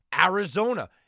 Arizona